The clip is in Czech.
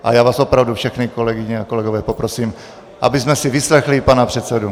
A já vás opravdu všechny, kolegyně a kolegové, poprosím, abychom si vyslechli pana předsedu.